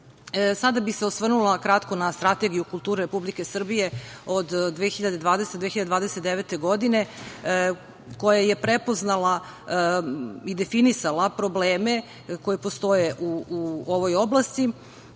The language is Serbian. bih se osvrnula kratko na Strategiju kulture Republike Srbije od 2020-2029 godine koja je prepoznala i definisala probleme koje postoje u ovoj oblasti,